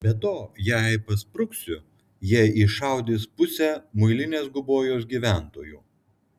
be to jei paspruksiu jie iššaudys pusę muilinės gubojos gyventojų